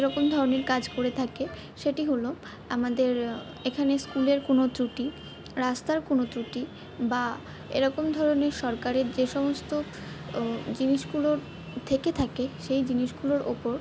যেরকম ধরণের কাজ করে থাকে সেটি হলো আমাদের এখানে স্কুলের কোনো ত্রুটি রাস্তার কোনো ত্রুটি বা এরকম ধরনের সরকারের যে সমস্ত জিনিসগুলো থেকে থাকে সেই জিনিসগুলোর ওপর